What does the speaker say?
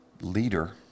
leader